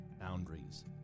boundaries